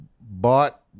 bought